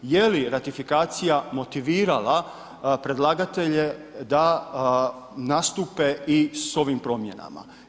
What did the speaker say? Je li ratifikacija motivirala predlagatelja da nastupe i s ovim promjenama?